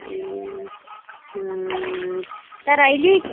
ए तर अलिक